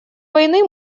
войны